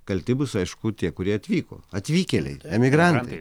kalti bus aišku tie kurie atvyko atvykėliai emigrantai